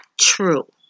true